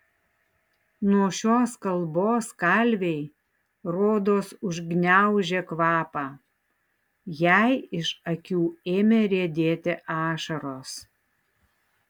nuo šios kalbos kalvei rodos užgniaužė kvapą jai iš akių ėmė riedėti ašaros